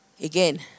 Again